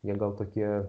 jie gal tokie